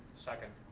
second.